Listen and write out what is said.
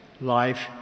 life